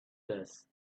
dust